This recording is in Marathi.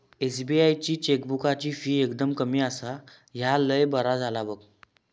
एस.बी.आई ची चेकबुकाची फी एकदम कमी आसा, ह्या लय बरा झाला बघ